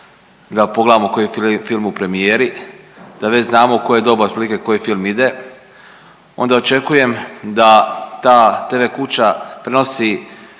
da pogledamo koji film u premijeri, da već znamo u koje doba otprilike koji film ide. Onda očekujem da ta tv kuća prenosi